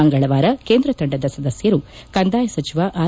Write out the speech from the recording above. ಮಂಗಳವಾರ ಕೇಂದ್ರ ತಂಡದ ಸದಸ್ಕರು ಕಂದಾಯ ಸಚಿವ ಆರ್